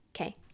Okay